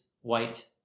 white